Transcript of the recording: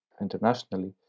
internationally